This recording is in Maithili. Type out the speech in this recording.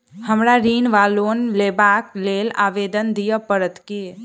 हमरा ऋण वा लोन लेबाक लेल आवेदन दिय पड़त की?